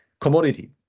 commodity